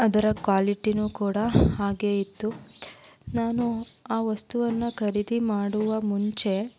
ಅದರ ಕ್ವಾಲಿಟಿಯೂ ಕೂಡ ಹಾಗೆ ಇತ್ತು ನಾನು ಆ ವಸ್ತುವನ್ನು ಖರೀದಿ ಮಾಡುವ ಮುಂಚೆ